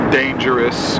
dangerous